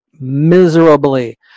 miserably